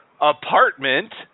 apartment